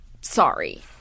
sorry